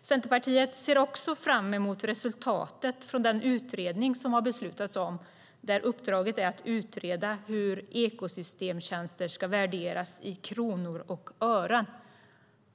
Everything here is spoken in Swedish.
Centerpartiet ser också fram emot resultatet från den utredning som det har beslutats om, där uppdraget är att utreda hur ekosystemstjänster ska värderas i kronor och ören.